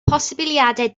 posibiliadau